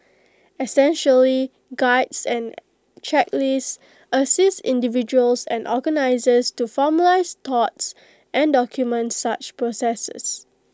essentially Guides and checklist assist individuals and organisers to formalise thoughts and document such processes